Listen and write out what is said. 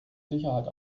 sicherheit